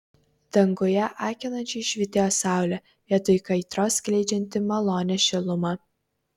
danguje akinančiai švytėjo saulė vietoj kaitros skleidžianti malonią šilumą